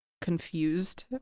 confused